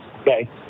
okay